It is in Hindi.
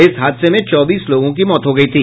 इस हादसे में चौबीस लोगों की मौत हो गयी थी